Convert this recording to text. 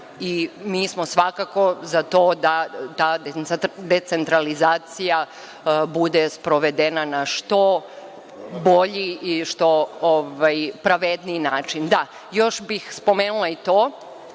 Mi smo svakako za to da decentralizacija bude sprovedena na što bolji i što pravedniji način. Još bih spomenula i to